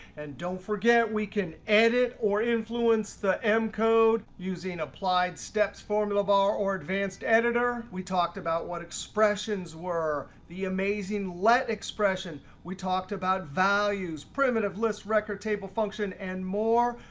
and don't forget we can edit or influence the m code using applied step's formula bar or advanced editor. we talked about what expressions were, the amazing let expression. we talked about values, primitive list, record, table, function, and more.